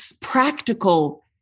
practical